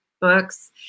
books